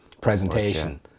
presentation